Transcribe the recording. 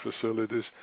facilities